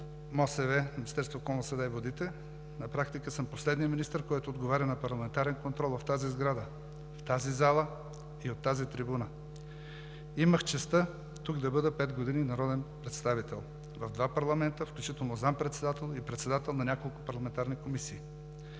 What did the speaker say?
и водите на практика съм последният министър, който отговаря в парламентарен контрол в тази сграда, в тази зала и от тази трибуна. Имах честта тук да бъда пет години народен представител – в два парламента, включително заместник-председател и председател на няколко парламентарни комисии.